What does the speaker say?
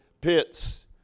pits